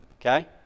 Okay